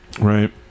right